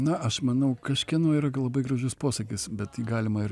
na aš manau kažkieno yra labai gražus posakis bet jį galima ir